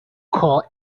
call